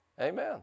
amen